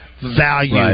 value